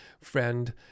friend